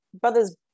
brothers